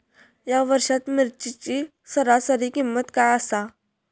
या वर्षात मिरचीची सरासरी किंमत काय आसा?